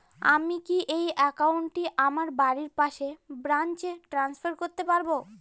আমি কি এই একাউন্ট টি আমার বাড়ির পাশের ব্রাঞ্চে ট্রান্সফার করতে পারি?